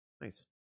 nice